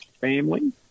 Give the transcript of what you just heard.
family